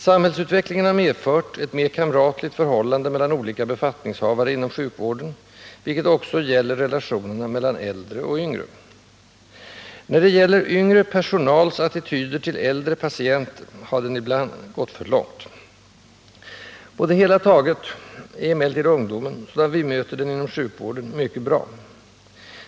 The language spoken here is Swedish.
Samhällsutvecklingen har medfört ett mer kamratligt förhållande mellan olika befattningshavare inom sjukvården, vilket också gäller relationerna mellan äldre och yngre. När det gäller yngre personals attityder till äldre patienter har det dock ibland gått för långt. På det hela taget är emellertid ungdomen, sådan vi möter den inom sjukvården, mycket bra.